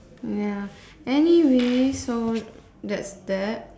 ya anyway so that's that